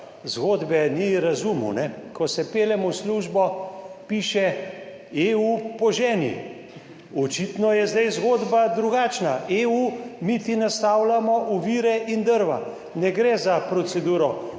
Zgodbe ni razumel. Ko se peljem v službo, piše: »EU, poženi!« Očitno je zdaj zgodba drugačna: EU, mi ti nastavljamo ovire in drva. Ne gre za proceduro,